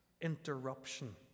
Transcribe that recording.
interruption